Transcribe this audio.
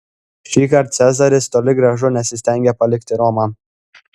šįkart cezaris toli gražu nesistengė palikti romą